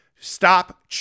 Stop